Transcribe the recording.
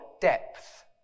depth